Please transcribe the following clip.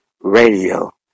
Radio